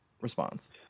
response